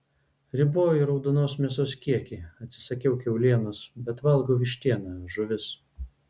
riboju raudonos mėsos kiekį atsisakiau kiaulienos bet valgau vištieną žuvis